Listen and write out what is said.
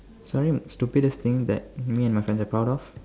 sorry stupidest thing that me and my friends are proud of